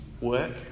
work